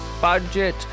budget